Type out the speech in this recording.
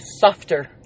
softer